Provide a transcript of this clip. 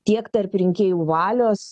tiek tarp rinkėjų valios